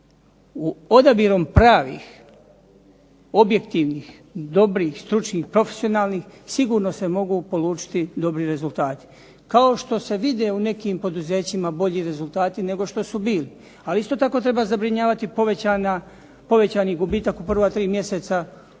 Odabirom pravih, objektivnih, dobrih i stručnih, profesionalnih sigurno se mogu polučiti dobri rezultati. Kao što se vide u nekim poduzećima bolji rezultati nego što su bili. Ali isto tako treba zabrinjavati povećani gubitak u prva 3 mj. u